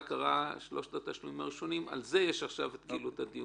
ההכרה עוד לא נכנסה לתוקף, היא תלויה ועומדת כרגע.